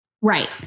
right